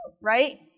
right